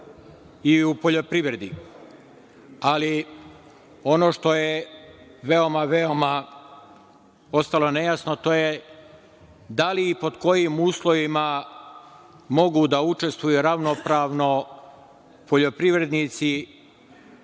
i u poljoprivredi. Ali, ono što je veoma, veoma ostalo nejasno, to je da li i pod kojim uslovima mogu da učestvuju ravnopravno poljoprivrednici